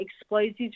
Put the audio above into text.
Explosives